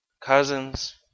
cousins